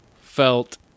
felt